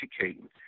educating